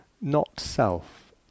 not-self